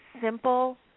simple